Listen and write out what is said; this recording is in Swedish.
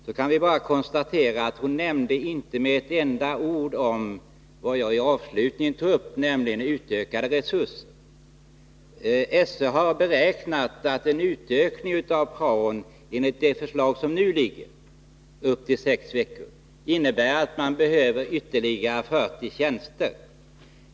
Vi kan då bara konstatera att hon inte med ett enda ord nämnde vad jag tog upp avslutningsvis, nämligen utökade resurser. SÖ har beräknat att en utökning av praon enligt det förslag som nu föreligger, upp till sex veckor, innebär att det behövs ytterligare 40 tjänster.